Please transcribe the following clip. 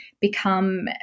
become